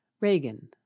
reagan